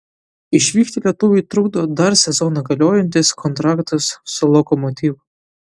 išvykti lietuviui trukdo dar sezoną galiojantis kontraktas su lokomotiv